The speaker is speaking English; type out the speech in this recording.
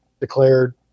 declared